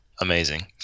Amazing